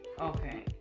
Okay